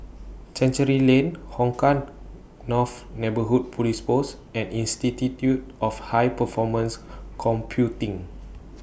Chancery Lane Hong Kah North Neighbourhood Police Post and Institute of High Performance Computing